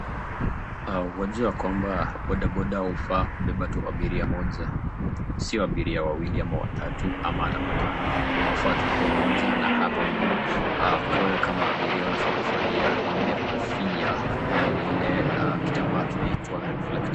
Wajua kwamba boda-boda hufaa kubeba tu abiria mmoja. Sio abiria wawili ama watatu ama hata watano. Wafaa tu kuwa mmoja na hapo nyuma awe kama abiria unafaa kuvalia lile kofia na lile kitambaa kinaitwa reflecta.